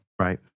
Right